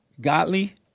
Godly